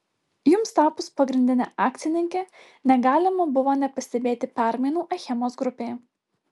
jums tapus pagrindine akcininke negalima buvo nepastebėti permainų achemos grupėje